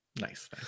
nice